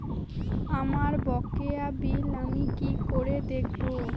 আমার বকেয়া বিল আমি কি করে দেখব?